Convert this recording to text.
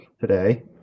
today